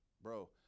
bro